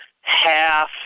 half